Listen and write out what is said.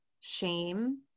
shame